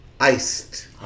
iced